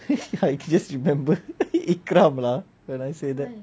I just remembered iqram when I say that